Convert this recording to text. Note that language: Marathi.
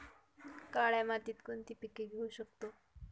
काळ्या मातीत कोणती पिके घेऊ शकतो?